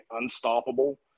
unstoppable